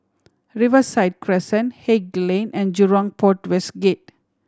Riverside Crescent Haig Lane and Jurong Port West Gate